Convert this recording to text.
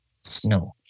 snow